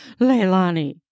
Leilani